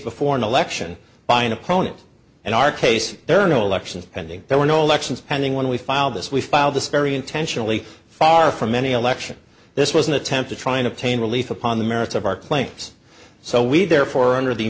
before an election by an opponent and our case there are no elections pending there were no elections pending when we filed this we filed this very intentionally far from any election this was an attempt to try and obtain relief upon the merits of our claims so we therefore under the